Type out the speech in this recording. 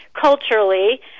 culturally